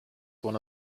one